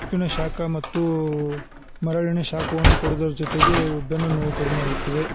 ಉಪ್ಪಿನ ಶಾಖ ಮತ್ತು ಮರಳಿನ ಶಾಖವನ್ನು ಕೊಡೋದರ ಜೊತೆಗೆ ವ್ ಬೆನ್ನುನೋವು ಕಡಿಮೆಯಾಗುತ್ತದೆ